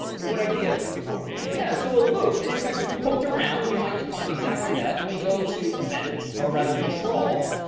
what idea from before? yeah, so a loop. and in fact, if we poked around, we might find exactly that. let me go to events or rather control.